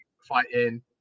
fighting